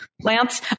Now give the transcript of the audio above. Lance